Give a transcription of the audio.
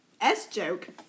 S-joke